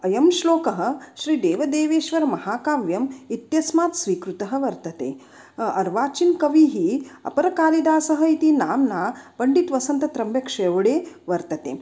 अयं श्लोकः श्रीदेवदेवेश्वरमहाकाव्यम् इत्यस्मात् स्वीकृतः वर्तते अर्वाचीनकविः अपरकालिदासः इति नाम्ना पण्डितः वसन्तः त्र्यम्बकः शेवडे वर्तते